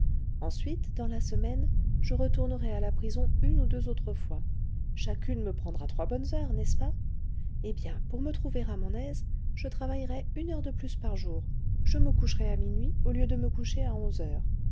ensuite dans la semaine je retournerai à la prison une ou deux autres fois chacune me prendra trois bonnes heures n'est-ce pas eh bien pour me trouver à mon aise je travaillerai une heure de plus par jour je me coucherai à minuit au lieu de me coucher à onze heures